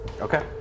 Okay